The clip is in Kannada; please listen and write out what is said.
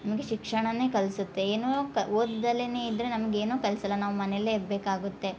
ನಮಗೆ ಶಿಕ್ಷಣನೆ ಕಲ್ಸತ್ತೆ ಏನೂ ಕ್ ಓದ್ದಲನೆ ಇದ್ದರೆ ನಮ್ಗ ಏನೂ ಕಲ್ಸಲ್ಲ ನಾವು ಮನೆಲ್ಲೇ ಇರಬೇಕಾಗುತ್ತೆ